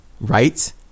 right